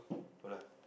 no lah